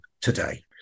today